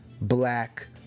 black